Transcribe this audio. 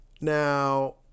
Now